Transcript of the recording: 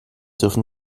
dürfen